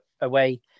away